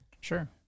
Sure